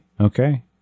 Okay